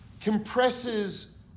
compresses